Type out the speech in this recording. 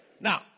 now